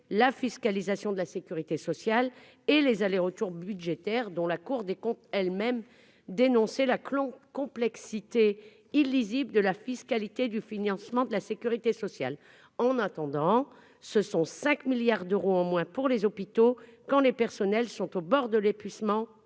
la fiscalisation de la Sécurité sociale et les allers-retours budgétaire dont la Cour des comptes elle-même dénoncé la klongs complexité illisible de la fiscalité du financement de la Sécurité sociale, en attendant ce sont 5 milliards d'euros en moins pour les hôpitaux, quand les personnels sont au bord de l'épuisement